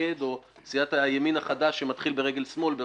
שקד או סיעת הימין החדש שמתחיל ברגל שמאל,